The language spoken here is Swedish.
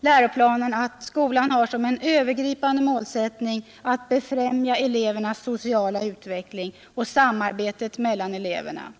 läroplanen att skolan har som övergripande målsättning att befrämja elevernas sociala utveckling och samarbetet mellan eleverna.